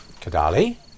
Kadali